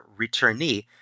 returnee